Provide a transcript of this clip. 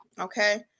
okay